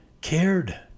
cared